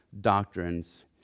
doctrines